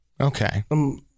Okay